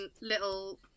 little